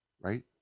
right